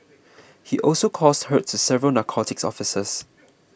he also caused hurt to several narcotics officers